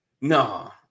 No